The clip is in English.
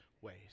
ways